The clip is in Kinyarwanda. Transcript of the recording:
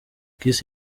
kiss